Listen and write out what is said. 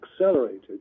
accelerated